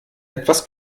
etwas